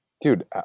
Dude